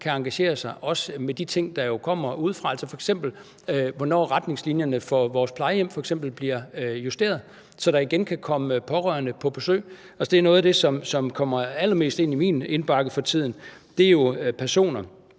kan engagere sig i de ting, der kommer udefra, f.eks. hvornår retningslinjerne for vores plejehjem bliver justeret, så der igen kan komme pårørende på besøg. Det er noget af det, der kommer allermest ind i min indbakke for tiden. Der var